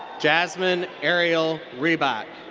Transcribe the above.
jasmine ariel ribak.